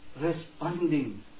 responding